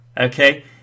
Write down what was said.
Okay